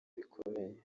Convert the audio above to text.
bikomeye